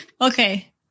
Okay